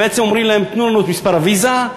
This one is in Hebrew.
הם בעצם אומרים להם: תנו לנו את מספר ה"ויזה",